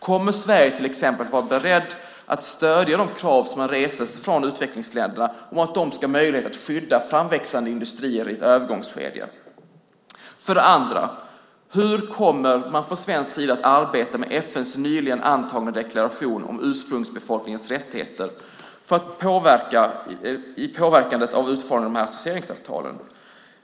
Kommer Sverige till exempel att vara berett att stödja de krav som man har rest från utvecklingsländerna om att de ska ha möjlighet att skydda framväxande industrier i ett övergångsskede? För det andra: Hur kommer man från svensk sida att arbeta med FN:s nyligen antagna deklaration om ursprungsbefolkningens rättigheter när det gäller att påverka utformningen av associationsavtalen?